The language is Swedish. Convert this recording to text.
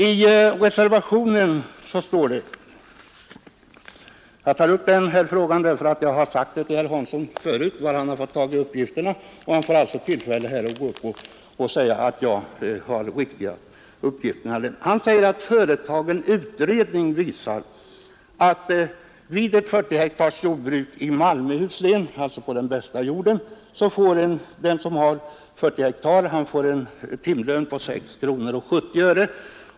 I reservationen står det — jag tar upp denna fråga så att herr Hansson i Skegrie kan konstatera att jag har de riktiga uppgifterna — följande: ” Företagen utredning visar t.ex. att ett 40 hektars jordbruk inom Malmöhus län” — alltså på den bästa jorden — ”endast ger brukaren en timlön av 6:70 kr.